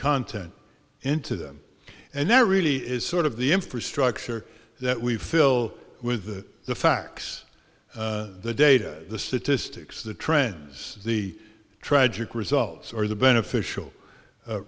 content into them and there really is sort of the infrastructure that we fill with the the facts the data the statistics the trends the tragic results or the beneficial